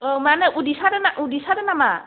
अ मानो उदै सादो उदै सादो नामा